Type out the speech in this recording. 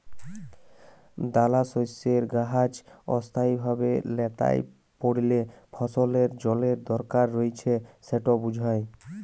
দালাশস্যের গাহাচ অস্থায়ীভাবে ল্যাঁতাই পড়লে ফসলের জলের দরকার রঁয়েছে সেট বুঝায়